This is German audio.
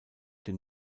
den